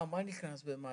מה נכנס במאי?